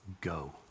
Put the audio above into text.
go